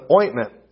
ointment